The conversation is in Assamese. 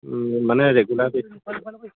মানে ৰেগুলাৰ বেচিছত